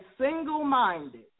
single-minded